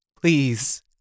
please